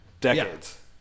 decades